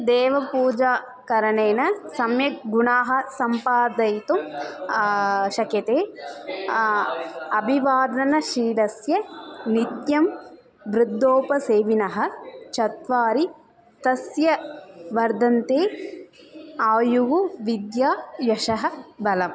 देवपूजाकरणेन सम्यक् गुणाः सम्पादयितुं शक्यते अभिवादनशीलस्य नित्यं वृद्धोपसेविनः चत्वारि तस्य वर्धन्ते आयुः विद्या यशः बलम्